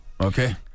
okay